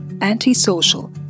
antisocial